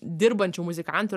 dirbančių muzikantų